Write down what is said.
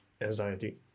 anxiety